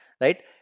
right